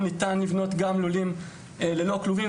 ניתן לבנות גם לולים ללא כלובים,